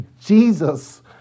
Jesus